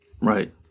Right